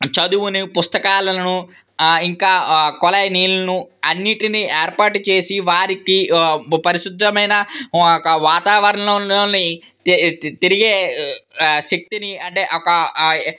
చదువుని పుస్తకాలను ఇంకా కుళాయి నీళ్ళను అన్నింటిని ఏర్పాటు చేసి వారికి పరిశుద్ధమైన ఒక వాతావరణంలో తిరిగే శక్తిని అంటే ఒక